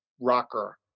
rocker